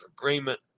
agreement